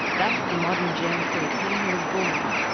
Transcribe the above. thus the modern germ-free can was born.